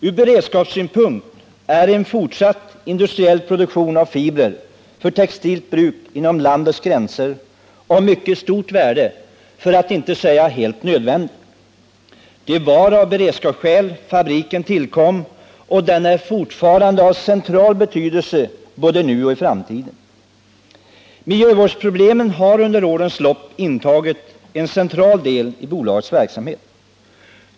Ur beredskapssynpunkt är en fortsatt industriell produktion av fibrer för textilt bruk inom landets gränser av mycket stort värde, för att inte säga helt nödvändig. Det var av beredskapsskäl fabriken tillkom, och den är av central betydelse både nu och i framtiden. Miljövårdsfrågorna har under årens lopp intagit en central ställning i bolagets verksamhet.